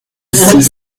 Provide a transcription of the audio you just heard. six